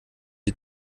die